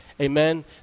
Amen